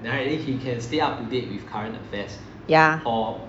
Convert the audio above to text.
yeah